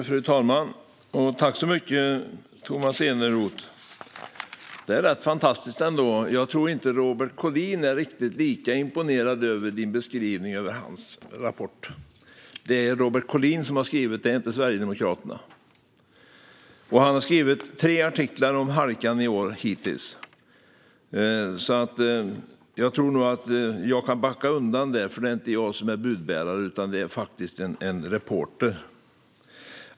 Fru talman! Det är rätt fantastiskt ändå. Jag tror inte att Robert Collin är riktigt lika imponerad av Tomas Eneroths beskrivning av hans rapport. Det är Robert Collin som har skrivit artikeln, inte Sverigedemokraterna. Han har skrivit tre artiklar om halkan i år hittills. Jag tror nog att jag kan backa undan där, för det är inte jag som är budbärare, utan en reporter.